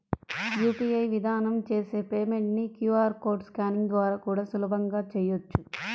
UPI విధానం చేసే payment ని క్యూ.ఆర్ కోడ్ స్కానింగ్ ద్వారా కూడా సులభంగా చెయ్యొచ్చు